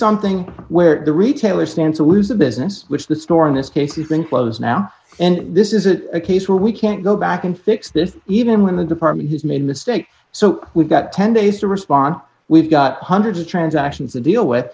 something where the retailer stands to lose a business which the store in this case even close now and this is a case where we can't go back and fix this even when the department has made a mistake so we've got ten days to respond we got hundreds of transactions a deal with